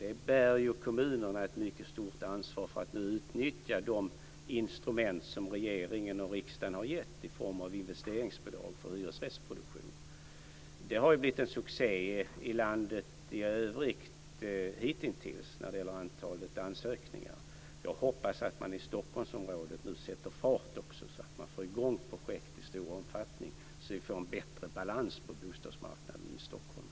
Och där bär kommunerna ett mycket stort ansvar för att utnyttja de instrument som regeringen och riksdagen har gett i form av investeringsbidrag för hyresrättsproduktion. Det har blivit en succé i landet i övrigt hitintills när det gäller antalet ansökningar. Jag hoppas att man i Stockholmsområdet nu sätter fart så att man får i gång projekt i stor omfattning, så att vi får en bättre balans på bostadsmarknaden i Stockholm.